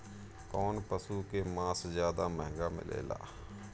कौन पशु के मांस ज्यादा महंगा मिलेला?